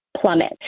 plummet